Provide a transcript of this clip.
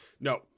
No